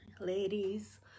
ladies